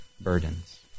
burdens